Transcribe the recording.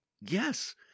yes